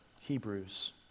Hebrews